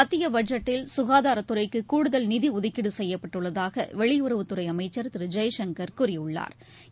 மத்தியபட்ஜெட்டில் சுகாதாரத்துறைக்குகூடுதல் நிதிஒதுக்கீடுசெய்யப்பட்டுள்ளதாகவெளியுறவுத்துறைஅமைச்சா் திருஜெய்சங்கா் கூறியுள்ளாா்